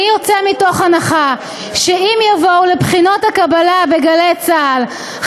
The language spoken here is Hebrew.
אני יוצא מתוך הנחה שאם יבואו לבחינות קבלה ב'גלי צה"ל'